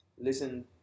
listen